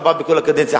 ארבע בכל הקדנציה,